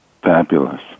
Fabulous